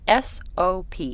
SOP